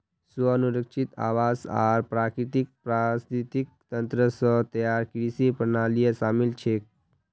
स्व अनुरक्षित आवास आर प्राकृतिक पारिस्थितिक तंत्र स तैयार कृषि प्रणालियां शामिल छेक